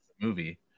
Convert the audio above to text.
Movie